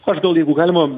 aš gal jeigu galima